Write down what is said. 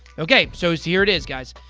okay, so here it is, guys.